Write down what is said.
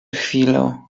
chwilę